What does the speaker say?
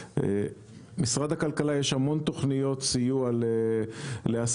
למשרד הכלכלה יש המון תוכניות סיוע לעסקים,